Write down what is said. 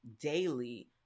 daily